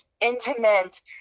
intimate